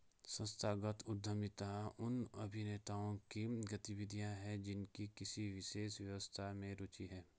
संस्थागत उद्यमिता उन अभिनेताओं की गतिविधियाँ हैं जिनकी किसी विशेष व्यवस्था में रुचि है